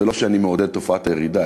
ולא שאני מעודד את תופעת הירידה,